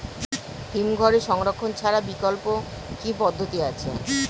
হিমঘরে সংরক্ষণ ছাড়া বিকল্প কি পদ্ধতি আছে?